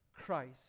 Christ